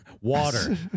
Water